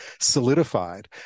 solidified